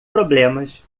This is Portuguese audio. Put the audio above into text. problemas